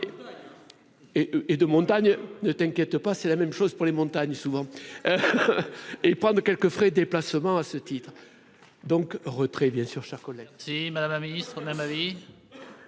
et de montagne ne t'inquiète pas, c'est la même chose pour les montagnes souvent et prendre de quelques frais déplacement à ce titre donc retrait bien sûr chers collègue. Si Madame la Ministre, même avis.